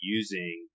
using